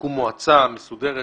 תקום מועצה מסודרת